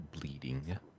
bleeding